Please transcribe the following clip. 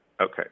okay